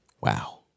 Wow